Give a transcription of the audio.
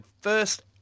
first